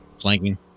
flanking